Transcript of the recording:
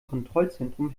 kontrollzentrum